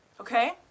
okay